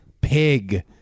Pig